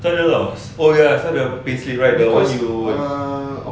no no no oh ya so the payslip right that [one] you